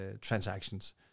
transactions